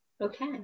Okay